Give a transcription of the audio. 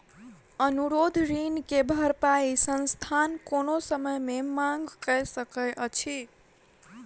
अनुरोध ऋण के भरपाई संस्थान कोनो समय मे मांग कय सकैत अछि